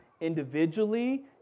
individually